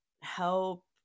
help